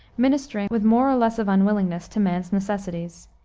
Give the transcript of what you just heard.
ministering, with more or less of unwillingness, to man's necessities.